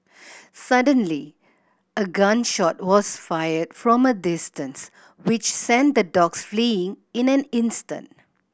suddenly a gun shot was fired from a distance which sent the dogs fleeing in an instant